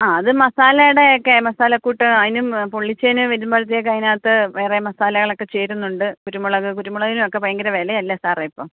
ആ അത് മസാലയുടെയൊക്കെ മസാല കൂട്ട് അതിനും പൊള്ളിച്ചതിന് വരുമ്പഴത്തേക്ക് അതിനകത്ത് വേറെ മസാലകളൊക്കെ ചേരുന്നുണ്ട് കുരുമുളക് കുരുമുളകിനൊക്കെ ഭയങ്കര വിലയല്ലേ സാറേ ഇപ്പം